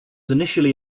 initially